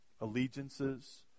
allegiances